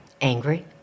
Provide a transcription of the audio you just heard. Angry